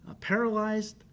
paralyzed